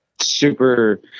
super